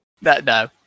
no